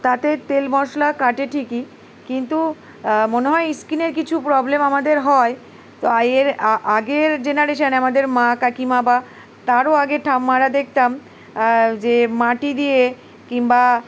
তাতে তেল মশলা কাটে ঠিকই কিন্তু মনে হয় স্কিনের কিছু প্রবলেম আমাদের হয় তো আয়ের আগের জেনারেশানে আমাদের মা কাকিমাবা তারও আগে ঠাম্মারা দেখতাম যে মাটি দিয়ে কিংবা